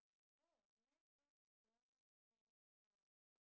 oh mine says John pin store though